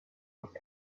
with